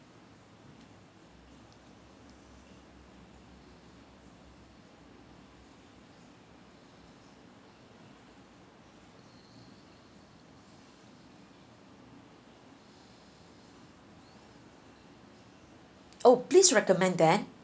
oh please recommend then